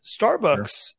Starbucks